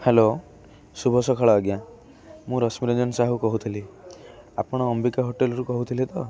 hello ଶୁଭ ସକାଳ ଆଜ୍ଞା ମୁଁ ରଶ୍ମିରଞ୍ଜନ ସାହୁ କହୁଥିଲି ଆପଣ ଅମ୍ବିକା ହୋଟେଲରୁ କହୁଥିଲେ ତ